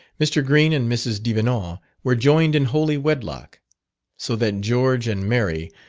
mr. green and mrs. devenant were joined in holy wedlock so that george and mary,